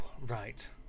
right